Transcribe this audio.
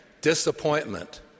disappointment